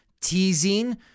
teasing